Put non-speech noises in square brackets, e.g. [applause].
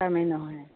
[unintelligible] নহয়